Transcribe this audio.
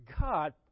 God